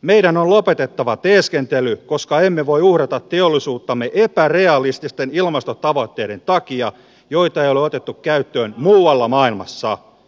meidän on lopetettava teeskentely koska emme voi uhrata teollisuuttamme epärealististen ilmastotavoitteiden takia joita ei ole otettu käyttöön muualla maailmassa